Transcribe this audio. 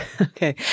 Okay